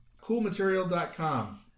CoolMaterial.com